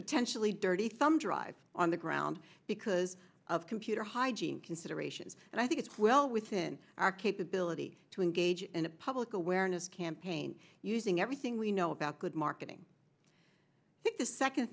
potentially dirty thumb drive on the ground because of computer hygiene considerations and i think it's well within our capability to engage in a public awareness campaign using everything we know about good marketing i think the second